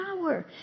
power